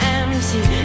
empty